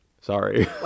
sorry